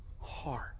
heart